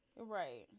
Right